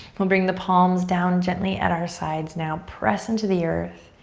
we'll bring the palms down gently at our sides now. press into the earth.